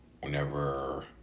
whenever